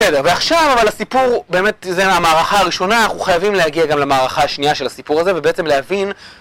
בסדר, ועכשיו, אבל הסיפור באמת זה המערכה הראשונה, אנחנו חייבים להגיע גם למערכה השנייה של הסיפור הזה ובעצם להבין...